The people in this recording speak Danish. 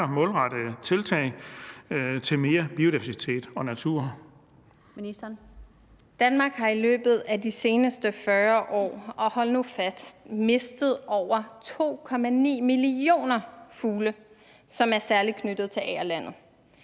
17:07 Miljøministeren (Lea Wermelin): Danmark har i løbet af de seneste 40 år – og hold nu fast – mistet over 2,9 millioner fugle, som er særlig knyttet til agerlandet.